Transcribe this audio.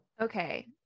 Okay